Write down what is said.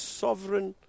sovereign